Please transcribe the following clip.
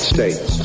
States